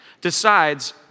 decides